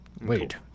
Wait